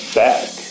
back